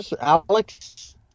Alex